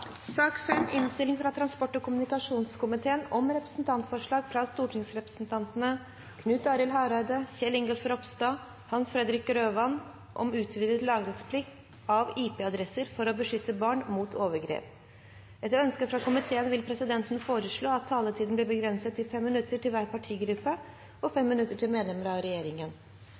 sak nr. 1. Etter ønske fra transport- og kommunikasjonskomiteen vil presidenten foreslå at taletiden blir begrenset til 5 minutter til hver partigruppe og 5 minutter til medlemmer av regjeringen.